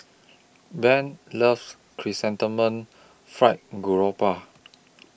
Bev loves Chrysanthemum Fried Garoupa